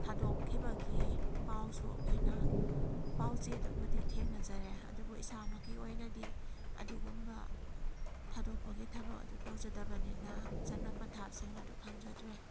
ꯊꯥꯗꯣꯛꯈꯤꯕꯒꯤ ꯄꯥꯎꯁꯨ ꯑꯩꯈꯣꯏꯅ ꯄꯥꯎꯆꯦꯗꯕꯨꯗꯤ ꯊꯦꯡꯅꯖꯔꯦ ꯑꯗꯨꯕꯨ ꯏꯁꯥꯃꯛꯀꯤ ꯑꯣꯏꯅꯗꯤ ꯑꯗꯨꯒꯨꯝꯕ ꯊꯥꯗꯣꯛꯄꯒꯤ ꯊꯕꯛ ꯑꯗꯨ ꯇꯧꯖꯗꯕꯅꯤꯅ ꯆꯠꯅ ꯄꯊꯥꯞꯁꯤꯡ ꯑꯗꯣ ꯈꯪꯖꯗ꯭ꯔꯦ